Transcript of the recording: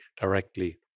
directly